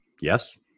Yes